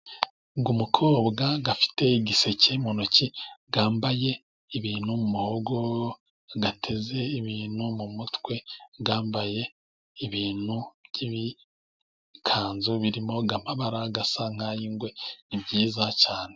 Umukobwa ufite igiseke mu ntoki, wambaye ibintu mu muhogo, ateze ibintu mu mutwe, wambaye ibintu by'ibikanzu birimo amabara asa nay'ingwe, ni byiza cyane.